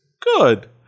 good